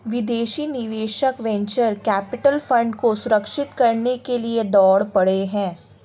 विदेशी निवेशक venture capital fund को सुरक्षित करने के लिए दौड़ पड़े हैं